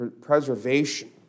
preservation